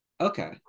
Okay